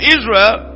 Israel